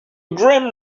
grim